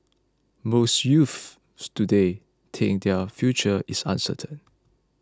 most youths today think that their future is uncertain